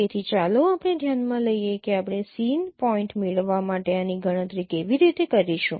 તેથી ચાલો આપણે ધ્યાનમાં લઈએ કે આપણે સીન પોઇન્ટ મેળવવા માટે આની ગણતરી કેવી રીતે કરીશું